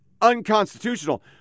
unconstitutional